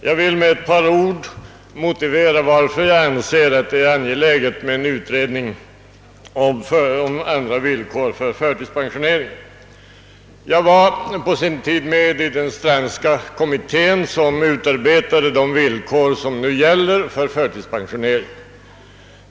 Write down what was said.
Jag vill med ett par ord motivera varför jag anser det angeläget med en utredning om andra villkor för förtidspensioneringen. Jag var på sin tid med i den Strandska kommittén, som utarbetade de villkor som nu gäller för förtidspensionering.